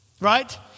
Right